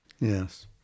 Yes